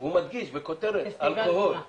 והוא מדגיש בכותרת שיש אלכוהול.